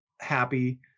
happy